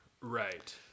right